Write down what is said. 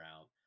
out